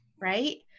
right